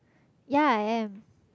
ya I am